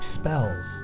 spells